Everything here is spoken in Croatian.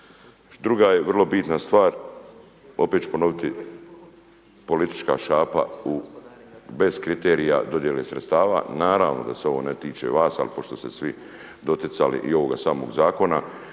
Druga je vrlo bitna stvar, opet ću ponoviti politička šapa bez kriterija dodjele sredstava. Naravno da se ovo ne tiče vas, ali pošto ste se svi doticali i ovoga samog zakona